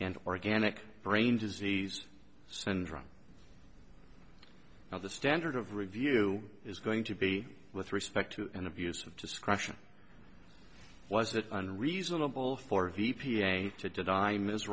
and organic brain disease syndrome now the standard of review is going to be with respect to an abuse of discretion was it unreasonable for v p to die